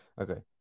Okay